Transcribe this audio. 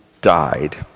died